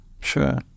sure